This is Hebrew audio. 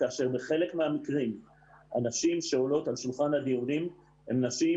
כאשר בחלק מהמקרים הנשים שעולות על שולחן הדיונים הן נשים